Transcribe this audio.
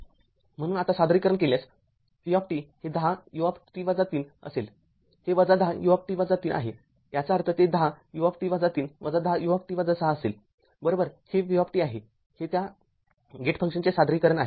म्हणून आता सादरीकरण केल्यास v t हे १० ut-३ असेल हे १० ut ६ आहे याचा अर्थ ते १० ut-३ १० ut ६ असेल बरोबर हे v t चे त्या गेट फंक्शनचे सादरीकरण आहे